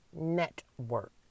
Network